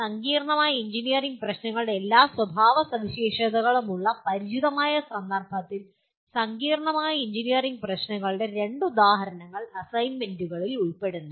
സങ്കീർണ്ണമായ എഞ്ചിനീയറിംഗ് പ്രശ്നങ്ങളുടെ എല്ലാ സ്വഭാവസവിശേഷതകളും ഉള്ള പരിചിതമായ സന്ദർഭത്തിൽ സങ്കീർണ്ണമായ എഞ്ചിനീയറിംഗ് പ്രശ്നങ്ങളുടെ രണ്ട് ഉദാഹരണങ്ങൾ അസൈൻമെന്റുകളിൽ ഉൾപ്പെടുന്നു